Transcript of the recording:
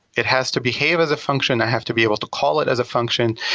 it has to behave as a function. i have to be able to call it as a function.